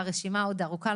והרשימה עוד ארוכה,